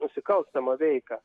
nusikalstamą veiką